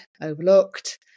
overlooked